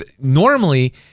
normally